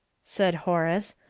said horace.